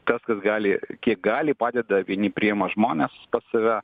tas kas gali kiek gali padeda vieni priima žmones pas save